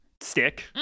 stick